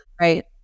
Right